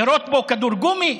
לירות בו כדור גומי?